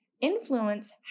Influence